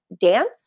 dance